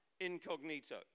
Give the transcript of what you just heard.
incognito